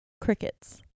crickets